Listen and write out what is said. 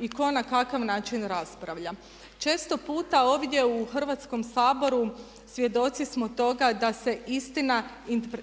i tko na kakav način raspravlja. Često puta ovdje u Hrvatskom saboru svjedoci smo toga da se istina